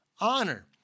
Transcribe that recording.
Honor